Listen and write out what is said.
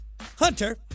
Hunter